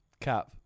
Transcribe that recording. Cap